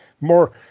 more